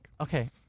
Okay